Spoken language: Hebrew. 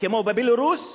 כמו בבלרוס,